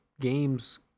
game's